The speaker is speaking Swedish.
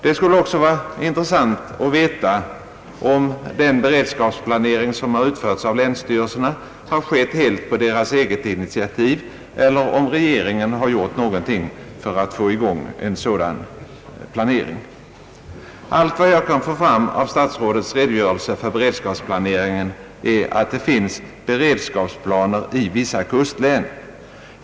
Det skulle också vara intressant att veta om den beredskapsplanering som har utförts av länsstyrelserna har skett helt på deras eget initiativ eller om regeringen har gjort någonting för att få i gång en sådan planering. Allt vad jag kan få fram av statsrådets redogörelse för beredskapsplaneringen är att det finns beredskapsplaner i vissa kustlän.